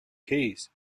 keys